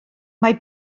mae